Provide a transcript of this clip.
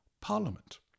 parliament